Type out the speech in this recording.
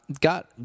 got